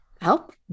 help